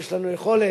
יש לנו יכולת